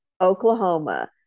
Oklahoma